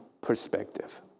perspective